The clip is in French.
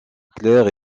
claire